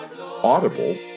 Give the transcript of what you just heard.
Audible